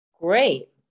Great